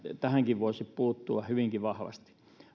tähänkin voisi puuttua hyvinkin vahvasti